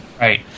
right